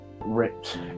ripped